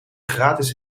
gratis